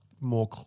more